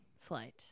flight